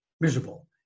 miserable